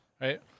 Right